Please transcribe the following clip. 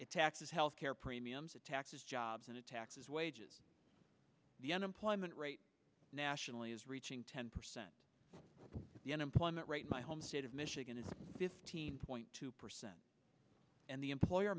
care premiums it taxes jobs and it taxes wages the unemployment rate nationally is reaching ten percent the unemployment rate my home state of michigan is fifteen point two percent and the employer